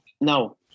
No